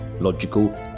logical